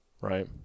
right